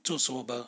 做 sober